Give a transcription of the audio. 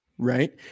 Right